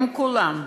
הם כולם,